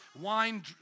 wine